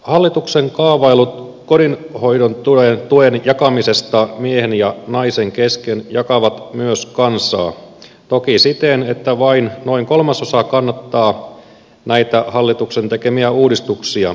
hallituksen kaavailut kotihoidon tuen jakamisesta miehen ja naisen kesken jakavat myös kansaa toki siten että vain noin kolmasosa kannattaa näitä hallituksen tekemiä uudistuksia